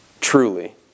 Truly